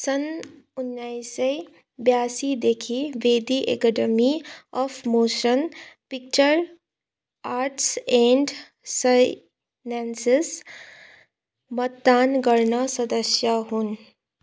सन् उन्नाइस सय बयासीदेखि भेदी Academy of Motion Picture Arts and Sciences मतदान गर्न सदस्य हुन्